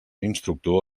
instructor